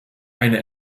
eine